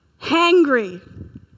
Hangry